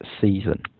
season